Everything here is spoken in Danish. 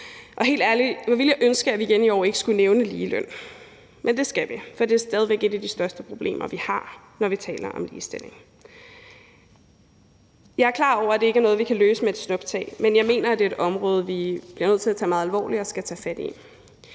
hvor ville jeg ønske, at vi ikke igen i år skulle nævne ligeløn, men det skal vi, for det er stadig væk et af de største problemer, vi har, når vi taler om ligestilling. Jeg er klar over, at det ikke er noget, vi kan løse med et snuptag, men jeg mener, at det er et område, vi bliver nødt til at tage meget alvorligt og skal tage fat i.